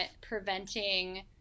preventing